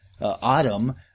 autumn